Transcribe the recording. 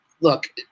look